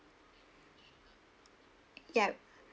ya